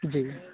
جی